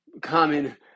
common